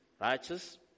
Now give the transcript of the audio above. righteous